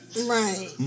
Right